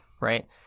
right